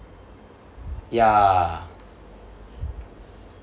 ya